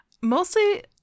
Mostly